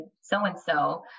so-and-so